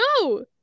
No